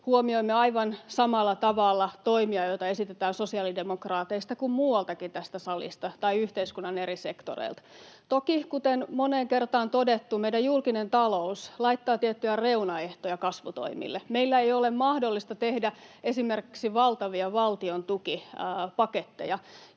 Huomioimme aivan samalla tavalla toimia, joita esitetään sosiaalidemokraateista kuin muualtakin tästä salista tai yhteiskunnan eri sektoreilta. Toki, kuten moneen kertaan on todettu, meidän julkinen talous laittaa tiettyjä reunaehtoja kasvutoimille. Meidän ei ole mahdollista tehdä esimerkiksi valtavia valtion tukipaketteja.